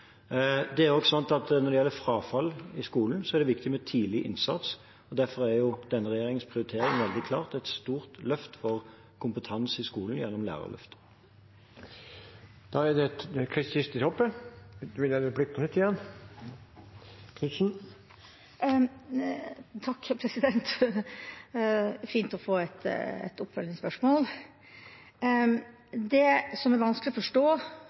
Det er også slik at når det gjelder frafall i skolen, er det viktig med tidlig innsats. Derfor er denne regjeringens prioritering veldig klart et stort løft for kompetanse i skolen gjennom Lærerløftet. Det som er vanskelig å forstå, er at helsesøstre, skolehelsetjeneste og god innsats for læring, altså gode lærere, skal stå i motstrid til dette. Gode lærere er et skolepolitisk tiltak som vi er